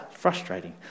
frustrating